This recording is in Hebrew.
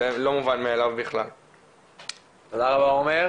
יש לי הרבה דברים להגיד.